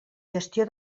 gestió